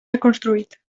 reconstruït